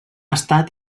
estat